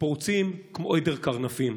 פורצת כמו עדר קרנפים.